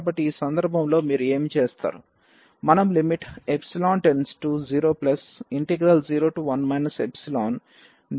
కాబట్టి ఈ సందర్భంలో మీరు ఏమి చేస్తారు మనము ϵ→001 ϵdx1 xను తీసుకుంటాము